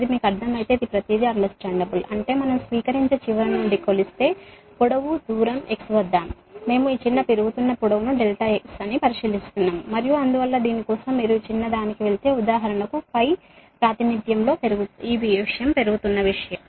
ఇది మీకు అర్థమైతే ఇది ప్రతిదీ అర్ధమవుతుంది అంటే మనం స్వీకరించే చివర నుండి కొలిస్తే పొడవు దూరం x వద్ద మేము ఈ చిన్న పెరుగుతున్న పొడవును ∆x కుడివైపుకి పరిశీలిస్తున్నాము మరియు అందువల్ల దీని కోసం మీరు ఈ చిన్నదానికి వెళితే ఉదాహరణకు π ప్రాతినిధ్యంలో ఈ పెరుగుతున్న విషయం